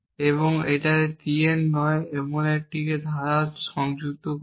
এবং এটিকে T এর নয় এবং এটিকে একটি ধারা হিসাবে যুক্ত করুন